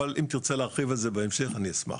אבל אם תרצה להרחיב על זה בהמשך אני אשמח.